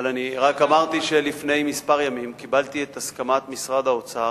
רק אמרתי שלפני כמה ימים קיבלתי את הסכמת משרד האוצר,